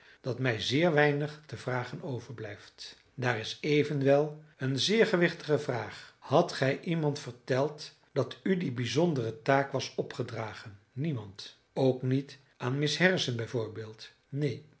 dat mij zeer weinig te vragen overblijft daar is evenwel een zeer gewichtige vraag hadt gij iemand verteld dat u die bijzondere taak was opgedragen niemand ook niet aan miss harrison bijvoorbeeld neen